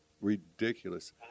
ridiculous